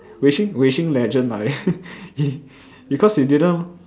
Wei-Shin Wei-Shin legend ah he because he didn't